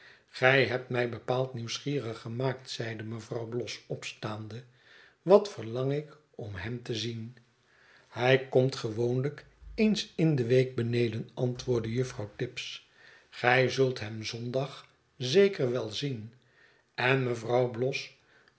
gij hebt mij bepaald nieuwsgierig gemaakt zeide mevrouw bloss opstaande wat verlang ik om hem te zien hij komt gewoonlijk eens in de week beneden antwoordde juffrouw tibbs gij zult hem zondag zeker wel zien en mevrouw bloss